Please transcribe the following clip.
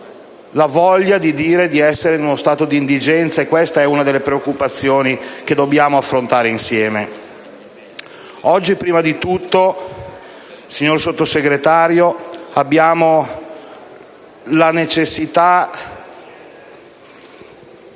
la voglia di dire di essere in uno stato di indigenza. Questa è una delle preoccupazioni che dobbiamo affrontare insieme. Oggi prima di tutto, signora Vice Ministro, abbiamo la necessità